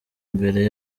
mbere